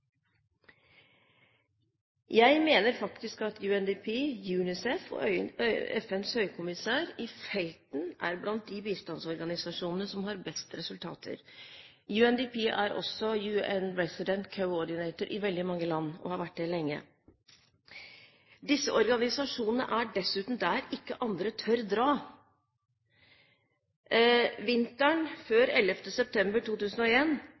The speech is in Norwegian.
Jeg mener faktisk at UNDP, UNICEF og FNs høykommissær i felten er blant de bistandsorganisasjonene som har best resultater. UNDP er også UN Resident Coordinator i veldig mange land, og har vært det lenge. Disse organisasjonene er dessuten der ikke andre tør dra. Vinteren før 11. september